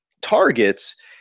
targets